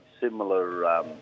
similar